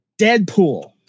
Deadpool